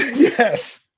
Yes